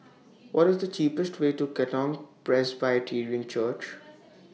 What IS The cheapest Way to Katong Presbyterian Church